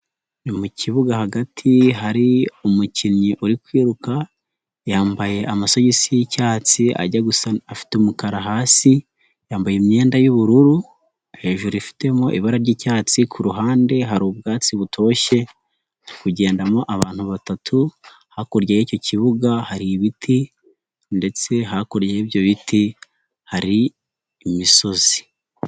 Mu kibuga hagati hari umukinnyi uri kwiruka yambaye amasogisi y'icyatsi, afite umukara hasi , yambaye imyenda y'ubururu hejuru ifitemo ibara ry'icyatsi, kuruhande hari ubwatsi butoshye buri kugendamo abantu batatu, hakurya y'icyo kibuga hari ibiti ndetse hakurya y'ibyo biti hari imisozi.